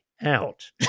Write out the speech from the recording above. Out